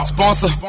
Sponsor